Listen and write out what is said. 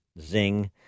Zing